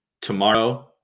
Tomorrow